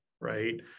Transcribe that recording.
right